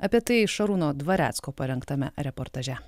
apie tai šarūno dvarecko parengtame reportaže